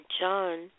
John